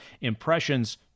Impressions